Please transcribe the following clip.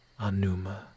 Anuma